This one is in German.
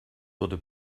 wurde